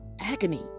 agony